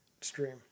stream